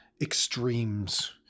extremes